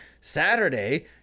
Saturday